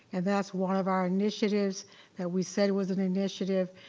and that's one of our initiatives that we said was an initiative,